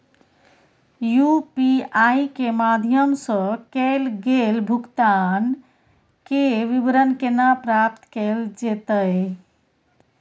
UPI के माध्यम सं कैल गेल भुगतान, के विवरण केना प्राप्त कैल जेतै?